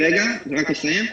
רגע, רק אסיים.